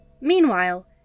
Meanwhile